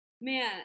man